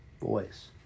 voice